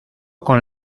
con